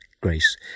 grace